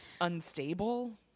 unstable